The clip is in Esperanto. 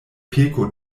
peko